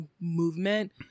movement